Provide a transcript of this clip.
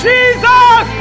Jesus